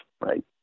right